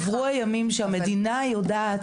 עברו הימים שהמדינה יודעת,